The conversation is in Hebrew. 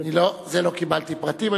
על זה לא קיבלתי פרטים.